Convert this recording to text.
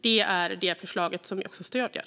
Det är det som jag stöder.